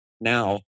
now